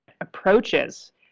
approaches